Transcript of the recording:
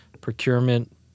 procurement